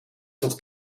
tot